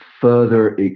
further